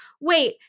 wait